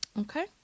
okay